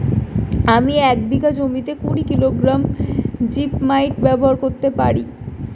আমি এক বিঘা জমিতে কুড়ি কিলোগ্রাম জিপমাইট ব্যবহার করতে পারি?